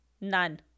None